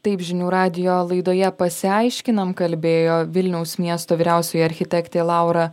taip žinių radijo laidoje pasiaiškinam kalbėjo vilniaus miesto vyriausioji architektė laura